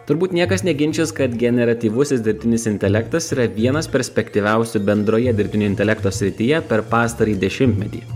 turbūt niekas neginčys kad generatyvusis dirbtinis intelektas yra vienas perspektyviausių bendroje dirbtinio intelekto srityje per pastarąjį dešimtmetį